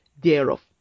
thereof